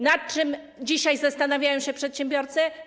Nad czym dzisiaj zastanawiają się przedsiębiorcy?